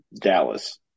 Dallas